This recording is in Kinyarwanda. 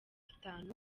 itanu